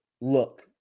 look